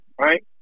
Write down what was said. right